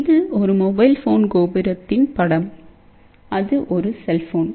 இது ஒரு mobile phone கோபுரத்தின் படம் அது ஒரு செல்போன்